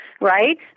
right